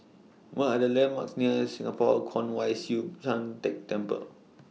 What Are The landmarks near Singapore Kwong Wai Siew Tan Teck Temple